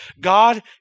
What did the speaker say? God